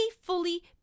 fully